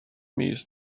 mis